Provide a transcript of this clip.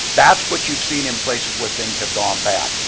that's what you've seen in places where things have gone bad.